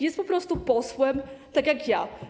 Jest po prostu posłem, tak jak ja.